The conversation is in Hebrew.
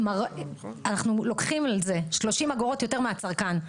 אנחנו לוקחים על זה 30 אגורות יותר מהצרכן.